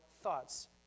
thoughts